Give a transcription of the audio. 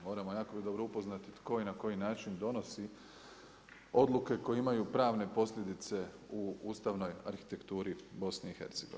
Moramo biti jako dobro upoznati tko na koji način donosi odluke koje imaju pravne posljedice u ustavnoj arhitekturi BiH.